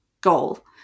goal